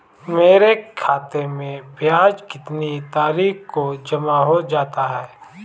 मेरे खाते में ब्याज कितनी तारीख को जमा हो जाता है?